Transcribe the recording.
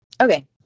Okay